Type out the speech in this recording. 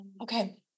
Okay